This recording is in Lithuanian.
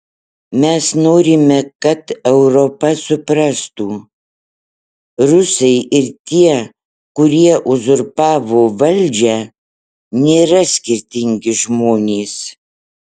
mes norime kad europa suprastų rusai ir tie kurie uzurpavo valdžią nėra skirtingi žmonės